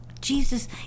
Jesus